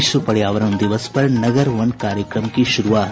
विश्व पर्यावरण दिवस पर नगर वन कार्यक्रम की शुरूआत